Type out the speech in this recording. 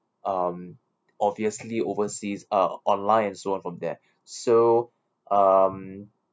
um obviously overseas uh online and so on from there so um